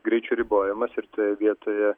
greičio ribojimas ir toje vietoje